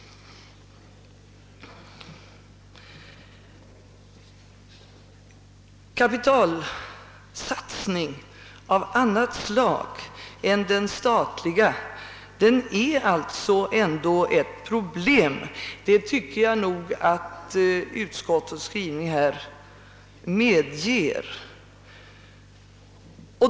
Kapitalsatsning av annat slag än den statliga är alltså ändå ett problem — det tycker jag utskottet genom sin skrivning medger.